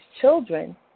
children